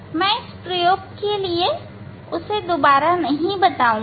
मैं इस प्रयोग के लिए उसे पुनः नहीं दोहराऊंगा